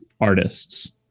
artists